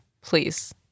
please